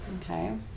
Okay